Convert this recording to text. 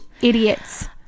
idiots